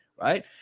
right